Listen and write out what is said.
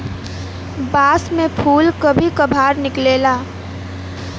बांस में फुल कभी कभार निकलेला